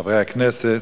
חברי הכנסת,